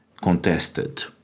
contested